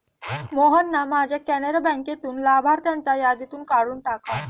मोहनना माझ्या कॅनरा बँकेतून लाभार्थ्यांच्या यादीतून काढून टाका